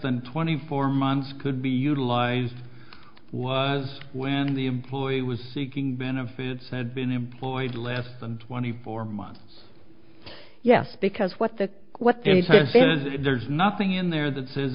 than twenty four months could be utilized was when the employee was seeking benefits had been employed less than twenty four months yes because what that what they did because there's nothing in there that says